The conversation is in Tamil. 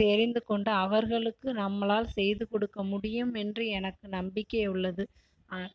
தெரிந்து கொண்டு அவர்களுக்கு நம்மளால் செய்து கொடுக்க முடியும் என்று எனக்கு நம்பிக்கை உள்ளது